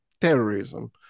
terrorism